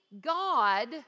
God